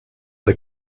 the